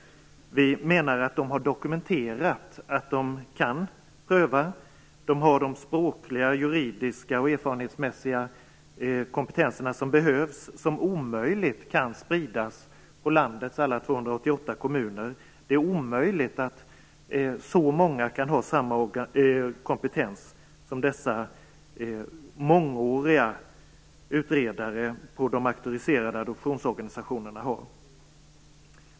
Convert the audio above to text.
Vi menar att de har dokumenterat att de kan pröva. De har de språkliga, juridiska och erfarenhetsmässiga kompetenser som behövs. Dessa kan omöjligt spridas på landets alla 288 kommuner. Det är omöjligt att så många kan ha samma kompetens som dessa mångåriga utredare på de auktoriserade adoptionsorganisationerna har.